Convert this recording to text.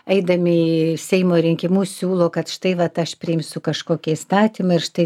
eidami į seimo rinkimus siūlo kad štai vat aš priimsiu kažkokį įstatymą ir štai